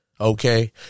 Okay